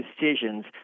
decisions